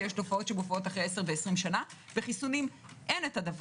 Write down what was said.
שיש תופעות שמופיעות אחרי עשר ועשרים שנה - בחיסונים אין את זה,